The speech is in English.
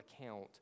account